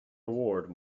award